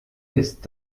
ist